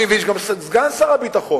אני מבין שגם סגן שר הביטחון,